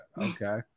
okay